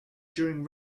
during